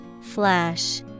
flash